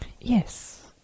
Yes